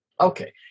Okay